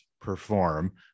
perform